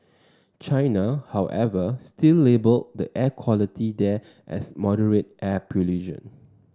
China however still labelled the air quality there as moderate air pollution